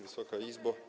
Wysoka Izbo!